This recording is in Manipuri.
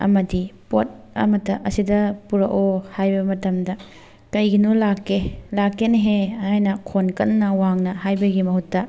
ꯑꯃꯗꯤ ꯄꯣꯠ ꯑꯃꯠꯇ ꯑꯁꯤꯗ ꯄꯨꯔꯛꯎ ꯍꯥꯏꯕ ꯃꯇꯝꯗ ꯀꯩꯒꯤꯅꯣ ꯂꯥꯛꯀꯦ ꯂꯥꯛꯀꯦꯅꯦꯍꯦ ꯍꯥꯏꯅ ꯈꯣꯟ ꯀꯟꯅ ꯋꯥꯡꯅ ꯍꯥꯏꯕꯒꯤ ꯃꯍꯨꯠꯇ